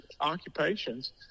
occupations